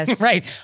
Right